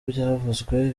byavuzwe